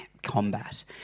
combat